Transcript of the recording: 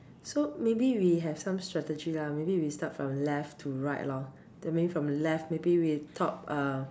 so maybe we have some strategy lah maybe we start from left to right lor then maybe from left maybe we top uh